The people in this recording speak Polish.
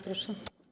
Proszę.